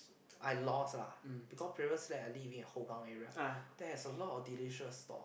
I lost lah because previously I live in Hougang area there is a lot of delicious stall